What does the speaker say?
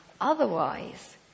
Otherwise